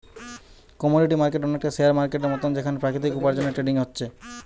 commodity market অনেকটা share মার্কেটের মতন যেখানে প্রাকৃতিক উপার্জনের ট্রেডিং হচ্ছে